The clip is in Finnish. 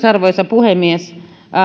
arvoisa puhemies